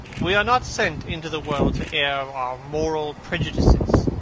we are not sent into the world to air our moral prejudices.